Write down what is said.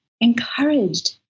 encouraged